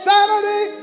Saturday